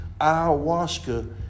ayahuasca